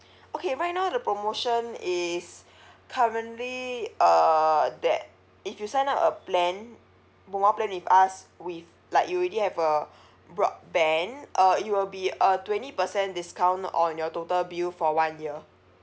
okay right now the promotion is currently uh that if you sign up a plan mobile plan with us with like you already have a broadband uh it will be a twenty percent discount on your total bill for one year